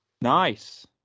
Nice